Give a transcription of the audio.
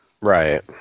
Right